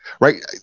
Right